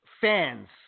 fans